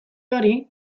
hori